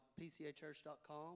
PCACHurch.com